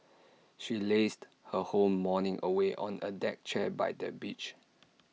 she lazed her whole morning away on A deck chair by the beach